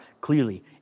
clearly